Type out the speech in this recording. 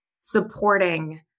supporting